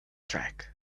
track